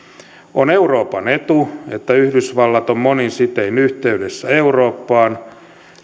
on euroopan etu että yhdysvallat on monin sitein yhteydessä eurooppaan